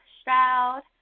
stroud